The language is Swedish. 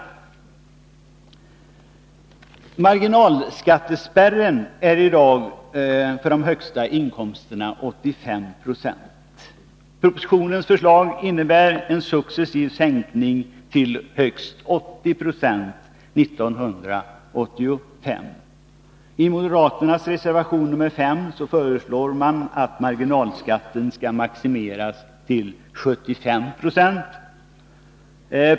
Marginalskattespärren är i dag 85 96 för de högsta inkomsterna. Propositionens förslag innebär en successiv sänkning till högst 80 96 år 1985. I moderaternas reservation 5 föreslås att marginalskatten skall maximeras till 175 PR.